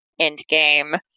Endgame